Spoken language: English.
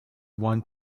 want